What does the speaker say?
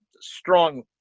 strong